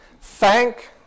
thank